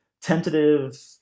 tentative